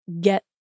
get